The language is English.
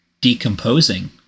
decomposing